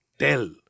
Tell